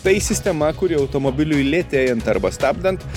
tai sistema kuri automobiliui lėtėjant arba stabdant